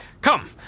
Come